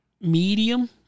medium